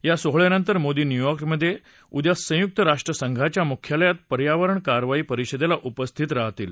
या सोहळ्यानंतर मोदी न्यूयॉर्कमधे उद्या संयुक राष्ट्र संघाच्या मुख्यालयात पर्यावरण कारवाई परिषदत्ती उपस्थित राहतील